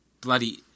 bloody